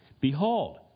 behold